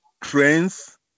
trains